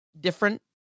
different